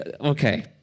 okay